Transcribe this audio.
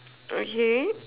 okay